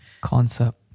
Concept